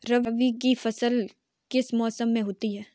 रबी की फसल किस मौसम में होती है?